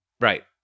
Right